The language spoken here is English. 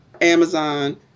Amazon